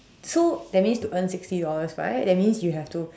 so that means to earn sixty dollar right that means you have to